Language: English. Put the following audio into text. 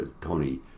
Tony